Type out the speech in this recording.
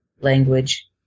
language